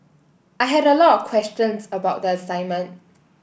I had a lot of questions about the assignment